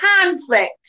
conflict